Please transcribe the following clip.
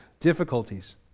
difficulties